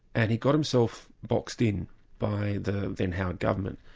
and he got himself boxed in by the then howard government,